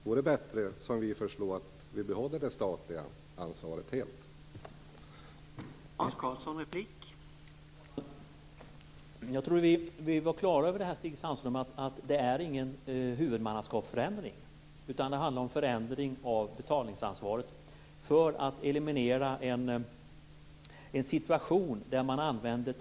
Vore det inte bättre att behålla det statliga ansvaret helt, som vi föreslår?